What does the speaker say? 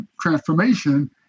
transformation